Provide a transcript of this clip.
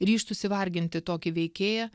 ryžtųsi varginti tokį veikėją